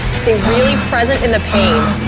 be really present in the pain.